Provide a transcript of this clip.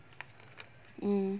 mm